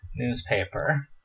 newspaper